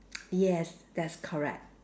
yes that's correct